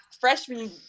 freshman